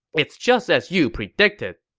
it's just as you predicted.